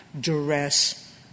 duress